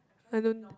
I don't